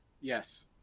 Yes